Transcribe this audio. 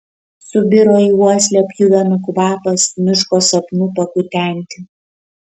subiro į uoslę pjuvenų kvapas miško sapnų pakutenti